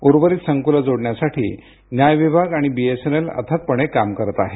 उर्वरित संकुलं जोडण्यासाठी न्याय विभाग आणि बीएसएनएल अथकपणे काम करत आहेत